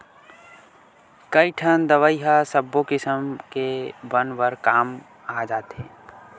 कइठन दवई ह सब्बो किसम के बन बर काम आ जाथे